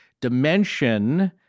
dimension